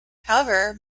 however